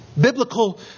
Biblical